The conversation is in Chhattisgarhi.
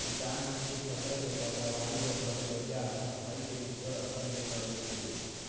किसान मन के फसल के पैदावरी हर घलो बड़िहा अपन भाई के सुग्घर अकन ले करिसे